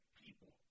people